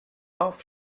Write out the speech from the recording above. off